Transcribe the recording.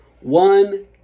one